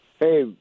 Hey